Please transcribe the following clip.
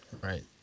Right